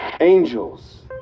Angels